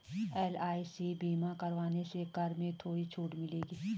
LIC बीमा करवाने से कर में थोड़ी छूट मिलेगी